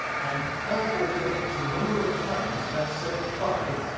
and l forty eight is the number of times that seventy five